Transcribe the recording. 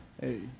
hey